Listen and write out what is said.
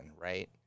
right